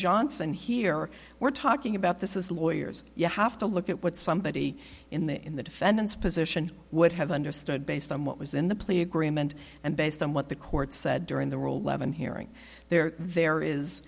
johnson here we're talking about this is lawyers you have to look at what somebody in the in the defendant's position would have understood based on what was in the plea agreement and based on what the court said during the world eleven hearing there there is